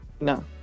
No